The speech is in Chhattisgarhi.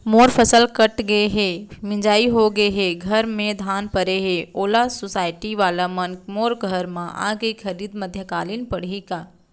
मोर फसल कट गे हे, मिंजाई हो गे हे, घर में धान परे हे, ओला सुसायटी वाला मन मोर घर म आके खरीद मध्यकालीन पड़ही का?